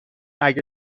اگه